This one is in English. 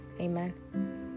amen